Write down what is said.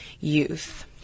Youth